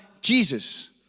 Jesus